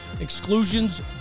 exclusions